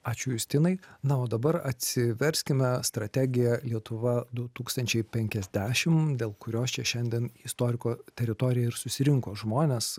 ačiū justinai na o dabar atsiverskime strategiją lietuva du tūkstančiai penkiasdešim dėl kurios čia šiandien į istoriko teritoriją ir susirinko žmonės